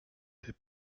ses